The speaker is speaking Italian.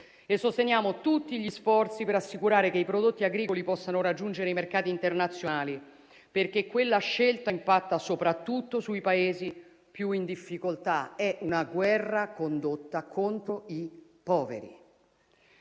sosteniamo tutti gli sforzi per assicurare che i prodotti agricoli possano raggiungere i mercati internazionali, perché quella scelta impatta soprattutto sui Paesi più in difficoltà; è una guerra condotta contro i poveri.